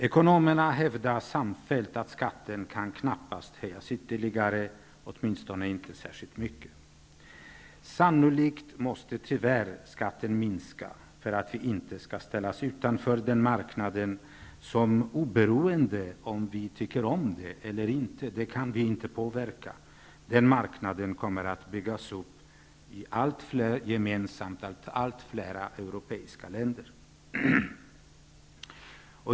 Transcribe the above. Ekonomerna hävdar samfällt att skatten knappast kan höjas ytterligare, åtminstone inte särskilt mycket. Sannolikt måste tyvärr skatten minska, för att vi inte skall ställas utanför den marknad som kommer att byggas upp gemensamt av allt fler europeiska länder. Den kommer att byggas upp oberoende av om vi tycker om det. Det kan vi inte påverka.